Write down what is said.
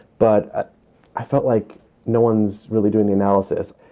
but i felt like no one's really doing the analysis.